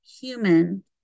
human